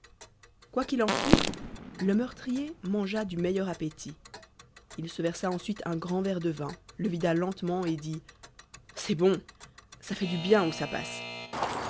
qu'il en fût le meurtrier mangea du meilleur appétit il se versa ensuite un grand verre de vin le vida lentement et dit c'est bon ça fait du bien où ça passe